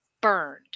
burned